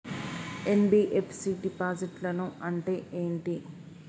NBFC డిపాజిట్లను అంటే ఏంటి?